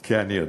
כן, אני יודע.